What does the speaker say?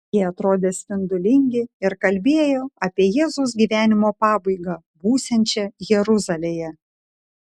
jie atrodė spindulingi ir kalbėjo apie jėzaus gyvenimo pabaigą būsiančią jeruzalėje